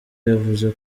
yavuze